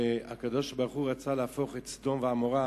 שהקב"ה רצה להפוך את סדום ועמורה,